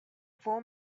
full